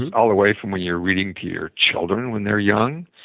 and all the way from when you're reading to your children when they're young,